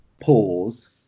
pause